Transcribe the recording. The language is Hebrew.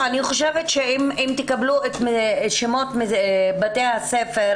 אני חושבת שאם תקבלו את שמות בתי הספר,